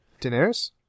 Daenerys